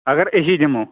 اگر أسی دِمو